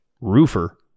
roofer